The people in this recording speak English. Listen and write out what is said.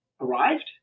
arrived